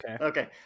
okay